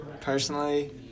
Personally